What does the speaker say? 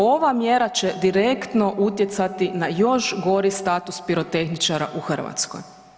Ova mjera će direktno utjecati na još gori status pirotehničara u Hrvatskoj.